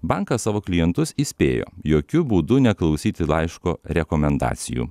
bankas savo klientus įspėjo jokiu būdu neklausyti laiško rekomendacijų